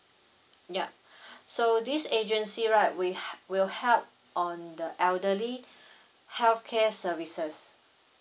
ya so this agency right wi~ hel~ will help on the elderly healthcare services